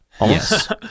Yes